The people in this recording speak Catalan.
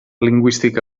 lingüística